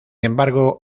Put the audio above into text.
embargo